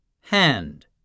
Hand